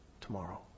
tomorrow